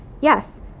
Yes